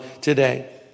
today